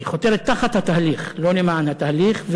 היא חותרת תחת התהליך, לא למען התהליך.